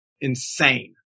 insane